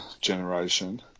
generation